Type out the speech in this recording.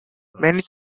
many